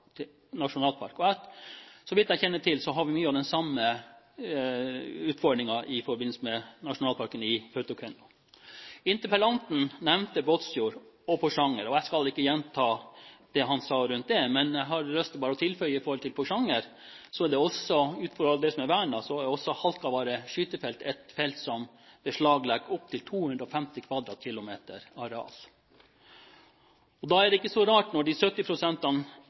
nasjonalpark. Så vidt jeg kjenner til, har vi mye av den samme utfordringen i forbindelse med nasjonalparken i Kautokeino. Interpellanten nevnte Båtsfjord og Porsanger, og jeg skal ikke gjenta det han sa rundt det, men jeg har bare lyst til å tilføye at i Porsanger, ut fra det som er vernet, beslaglegger Halkavarre skytefelt et areal på opp til 250 km2. Da er det ikke så rart at når